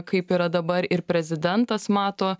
kaip yra dabar ir prezidentas mato